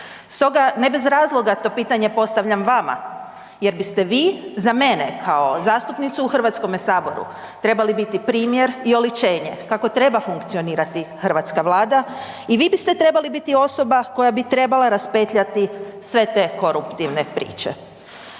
Stoga, ne bez razloga to pitanje postavljam vama jer biste vi za mene kao zastupnicu u HS trebali biti primjer i oličenje kako treba funkcionirati hrvatska vlada i vi biste trebali biti osoba koja bi trebala raspetljati sve te koruptivne priče.